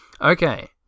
Okay